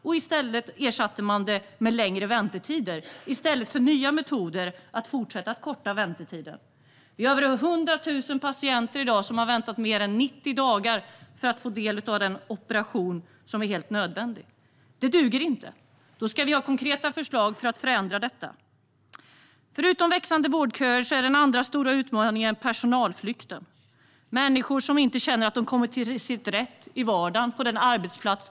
I stället för nya metoder för att fortsätta korta väntetiderna ersatte man dem med längre väntetider. I dag har över 100 000 patienter väntat i mer än 90 dagar på en helt nödvändig operation. Det duger inte. Då ska vi ha konkreta förslag för att förändra detta. Den andra stora utmaningen, förutom växande vårdköer, är personalflykten. Det handlar om människor som inte känner att de kommer till sin rätt i vardagen, på sina arbetsplatser.